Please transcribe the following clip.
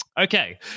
Okay